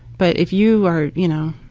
but if you are, you know,